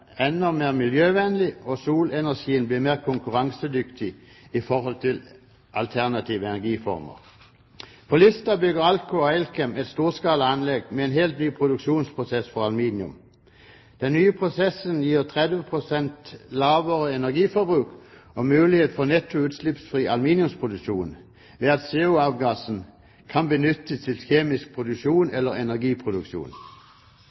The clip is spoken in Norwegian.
enda mer miljøvennlig, og solenergien blir mer konkurransedyktig i forhold til alternative energiformer. På Lista bygger Alcoa og Elkem et storskala anlegg med en helt ny produksjonsprosess for aluminium. Den nye prosessen gir 30 pst. lavere energiforbruk og mulighet for netto utslippsfri aluminiumsproduksjon, ved at CO-avgassen kan benyttes til kjemisk produksjon